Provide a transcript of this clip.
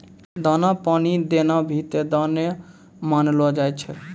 दाना पानी देना भी त दाने मानलो जाय छै